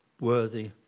worthy